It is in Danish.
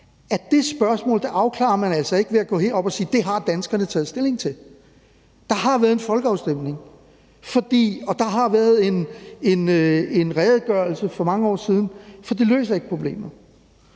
at det spørgsmål afklarer man altså ikke ved at gå herop og sige, at det har danskerne taget stilling til, der har været en folkeafstemning, og der har været en redegørelse for mange år siden, for det løser ikke problemet.